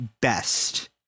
best